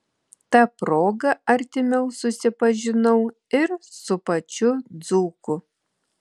ta proga artimiau susipažinau ir su pačiu dzūku